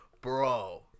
Bro